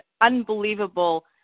unbelievable